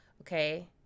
Okay